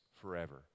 forever